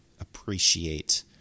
appreciate